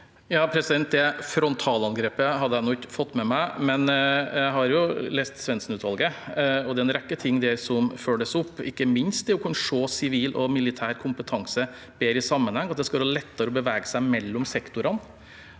Gram Det frontal- angrepet hadde jeg ikke fått med meg, men jeg har jo lest Svendsen-utvalgets rapport. Det er en rekke ting der som følges opp, ikke minst det å kunne se sivil og militær kompetanse bedre i sammenheng og at det skal være lettere å bevege seg mellom sektorene